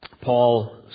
Paul